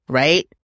right